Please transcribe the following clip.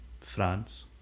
France